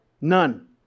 None